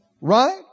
Right